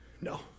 No